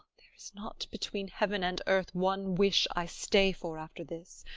there is not between heaven and earth one wish i stay for after this.